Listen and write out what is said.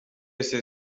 este